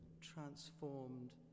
transformed